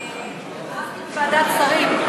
ועדת שרים.